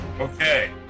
Okay